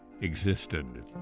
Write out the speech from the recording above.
existed